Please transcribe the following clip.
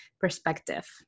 perspective